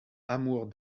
amours